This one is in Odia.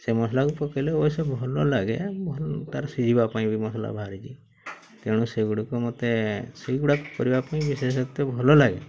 ସେ ମସଲାକୁ ପକାଇଲେ ଅବଶ୍ୟ ଭଲ ଲାଗେ ଭଲ୍ ତା'ର ସିଝିବା ପାଇଁ ବି ମସଲା ବାହାରିଛି ତେଣୁ ସେଗୁଡ଼ିକ ମୋତେ ସେଗୁଡ଼ାକ କରିବା ପାଇଁ ବିଶେଷତ୍ୱ ଭଲ ଲାଗେ